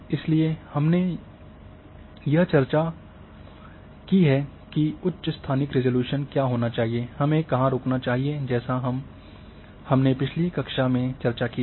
इसलिए हमने यह भी चर्चा की है कि उच्च स्थानिक रिज़ॉल्यूशन क्या होना चाहिए हमें कहाँ रुकना चाहिए जैसा हमने पिछली कक्षा में चर्चा की है